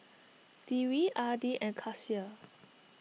Dewi Adi and Kasih